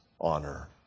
honor